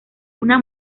una